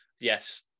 Yes